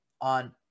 on